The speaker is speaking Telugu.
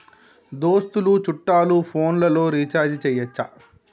దోస్తులు చుట్టాలు ఫోన్లలో రీఛార్జి చేయచ్చా?